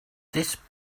this